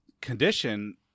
condition